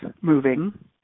moving